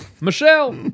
Michelle